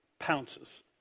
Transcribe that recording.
pounces